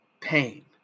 pain